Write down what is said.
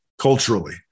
culturally